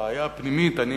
בעיה פנימית: אני,